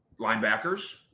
linebackers